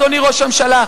אדוני ראש הממשלה,